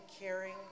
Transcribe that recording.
caring